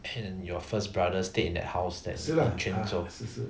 and your first brother stayed in that house that's still in quanzhou